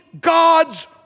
God's